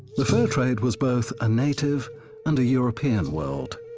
the fur trade was both a native and european world.